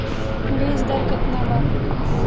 बीज दर केतना बा?